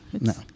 No